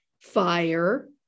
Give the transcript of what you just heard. fire